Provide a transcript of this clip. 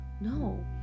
no